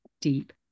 deep